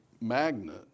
magnet